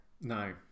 No